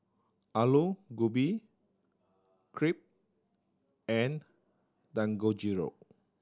Alu Gobi Crepe and Dangojiru